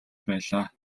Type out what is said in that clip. байлаа